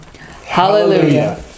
Hallelujah